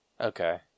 Okay